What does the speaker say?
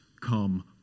come